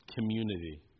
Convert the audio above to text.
community